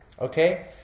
Okay